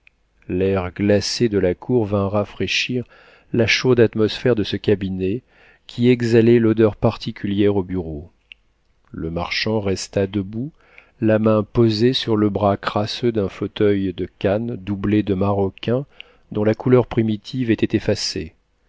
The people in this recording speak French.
l'air glacé de la cour vint rafraîchir la chaude atmosphère de ce cabinet qui exhalait l'odeur particulière aux bureaux le marchand resta debout la main posée sur le bras crasseux d'un fauteuil de canne doublé de maroquin dont la couleur primitive était effacée